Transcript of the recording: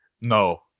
No